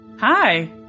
Hi